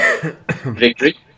victory